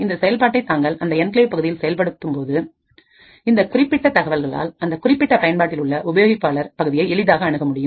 இந்த செயல்பாட்டை தாங்கள் அந்த என்கிளேவ் பகுதியில் செயல்படும்போது இந்த குறிப்பிட்ட தகவல்களால் அந்த குறிப்பிட்ட பயன்பாட்டில் உள்ள உபயோகிப்பாளர் பகுதியை எளிதாக அணுக முடியும்